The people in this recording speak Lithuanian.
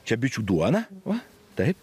čia bičių duona va taip